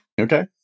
Okay